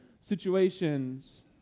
situations